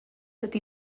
ydy